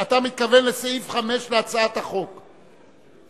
אתה מתכוון לסעיף 5 בהצעת החוק.